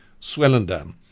Swellendam